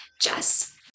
Jess